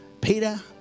Peter